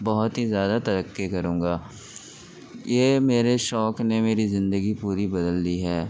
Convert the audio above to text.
بہت ہی زیادہ ترقی کروں گا یہ میرے شوق نے میری زندگی پوری بدل دی ہے